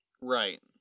Right